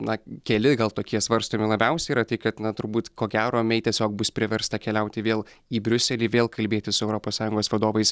na keli gal tokie svarstymai labiausiai yra tikėtina turbūt ko gero mei tiesiog bus priversta keliauti vėl į briuselį vėl kalbėti su europos sąjungos vadovais